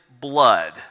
blood